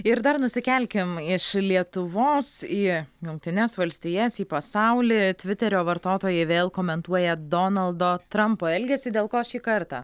ir dar nusikelkim iš lietuvos į jungtines valstijas į pasaulį tviterio vartotojai vėl komentuoja donaldo trampo elgesį dėl ko šį kartą